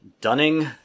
Dunning